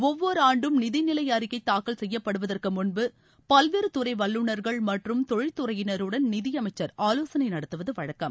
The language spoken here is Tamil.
ஒவ்வொரு ஆண்டும் நிதிநிலை அறிக்கை தாக்கல் செய்யப்படுவதற்கு முன்பு பல்வேறு துறை வல்லுநர்கள் மற்றும் தொழில் துறையினருடன் நிதியமைச்சர் ஆலோசனை நடத்துவது வழக்கம்